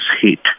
heat